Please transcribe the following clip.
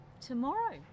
tomorrow